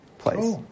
place